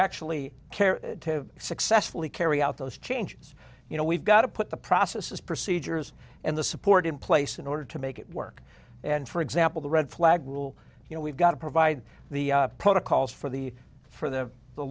actually care to successfully carry out those changes you know we've got to put the processes procedures and the support in place in order to make it work and for example the red flag rule you know we've got to provide the protocols for the for the the